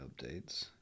updates